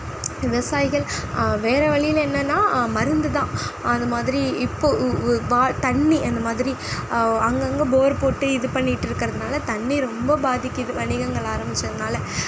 விவசாயிகள் வேறு வழியில என்னென்னா மருந்துதான் அது மாதிரி இப்போ தண்ணி அந்த மாதிரி அங்கங்கே போர் போட்டு இது பண்ணிட்டு இருக்கறதனால தண்ணி ரொம்ப பாதிக்குது வணிகங்கள் ஆரம்பிச்சதுனால்